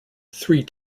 three